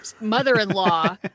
mother-in-law